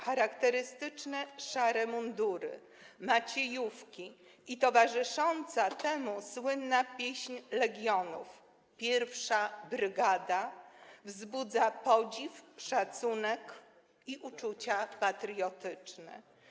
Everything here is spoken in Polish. Charakterystyczne szare mundury, maciejówki i towarzysząca temu słynna pieśń Legionów „My, Pierwsza Brygada” wzbudzają podziw, szacunek i uczucia patriotyczne.